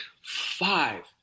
five